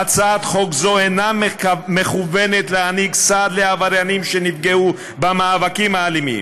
הצעת חוק זו אינה מכוונת להעניק סעד לעבריינים שנפגעו במאבקים האלימים.